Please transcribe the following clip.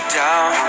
down